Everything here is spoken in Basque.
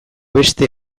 beste